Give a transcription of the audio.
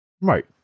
Right